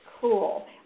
Cool